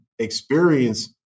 experience